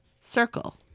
circle